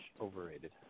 overrated